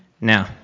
Now